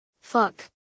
Fuck